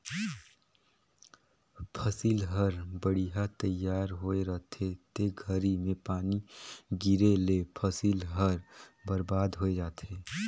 फसिल हर बड़िहा तइयार होए रहथे ते घरी में पानी गिरे ले फसिल हर बरबाद होय जाथे